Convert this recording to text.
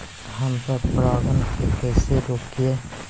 हम पर परागण के कैसे रोकिअई?